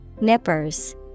Nippers